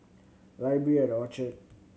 Library at Orchard